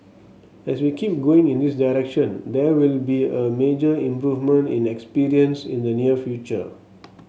as we keep going in this direction there will be a major improvement in experience in the near future